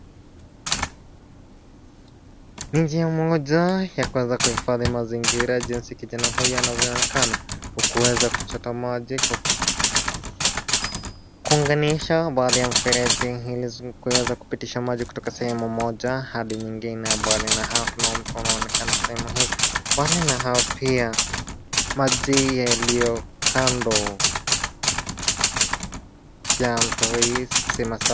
Ni njia moja ya kuweza kuhifadhi mazingira jinsi kijana huyu anavyoneka kuweza kuchota maji kwa kuunganisha baadhi ya mfereji ili kuweza kupitisha maji kutoka sehemu moja hadi nyingine ambayo kuna mto unaonekana sehemu hii. Mbali na hayo pia maji yaliyo kando ya mto hii si masafi.